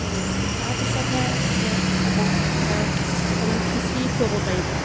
আৰু তাৰ পিছতহে যে ক'ব বা এওঁক অকণমান খিচিৰি খোৱাব পাৰিব